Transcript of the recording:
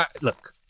look